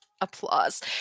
Applause